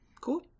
cool